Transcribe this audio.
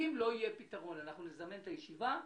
אם לא יהיה פתרון, נזמן את הישיבה,